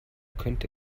könnte